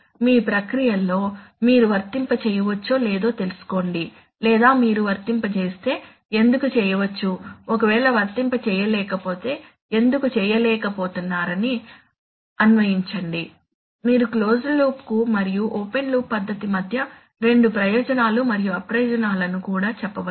మీ ప్రక్రియలలో మీరు వర్తింప చేయవచ్చో లేదో తెలుసుకోండి లేదా మీరు వర్తింప చేస్తే ఎందుకు చేయవచ్చు ఒకవేళ వర్తింప చేయలేకపోతే ఎందుకు చేయలేకపోతున్నారు అని అన్వయించండి మీరు క్లోజ్డ్ లూప్కు మరియు ఓపెన్ లూప్ పద్ధతి మధ్య రెండు ప్రయోజనాలు మరియు అప్రయోజనాలను కూడా చెప్పవచ్చు